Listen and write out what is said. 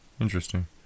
Interesting